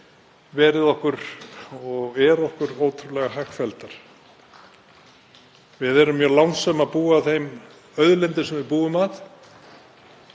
verið okkur og eru okkur ótrúlega hagfelldar. Við erum mjög lánsöm að búa að þeim auðlindum sem hér eru.